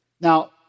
Now